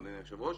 אדוני היושב ראש.